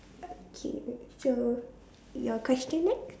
okay so your question next